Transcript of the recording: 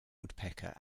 woodpecker